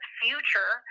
future